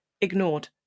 Ignored